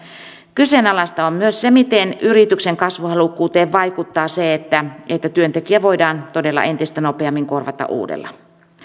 kyseenalaista on myös se miten yrityksen kasvuhalukkuuteen vaikuttaa se että että työntekijä voidaan todella entistä nopeammin korvata uudella